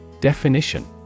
Definition